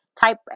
type